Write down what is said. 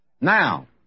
Now